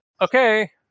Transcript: Okay